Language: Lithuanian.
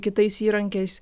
kitais įrankiais